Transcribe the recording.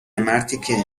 مرتیکه